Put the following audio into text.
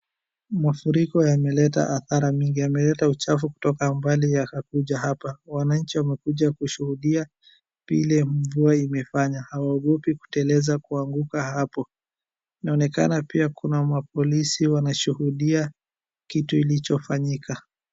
Mafuriko yameleta adhara mingi. Yameleta uchafu kutoka mbali yakakuja hapa. Wananchi wamekuja kushuhudia vile mvua imefanya, Hawaogopi kuteleza kuanguka hapo. Inaonekana pia kuna mapolisi wameshuhudia kitu ilichofanyika.